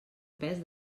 pes